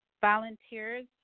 volunteers